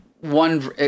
one